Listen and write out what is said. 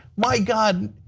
my god,